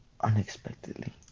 Unexpectedly